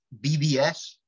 BBS